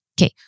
Okay